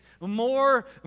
More